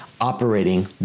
operating